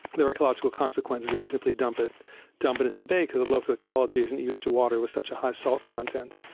there are ecological consequences if you simply dump it dump it into the bay because the local ecology isn't used to water with such a high salt content.